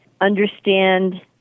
understand